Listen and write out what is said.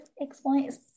explain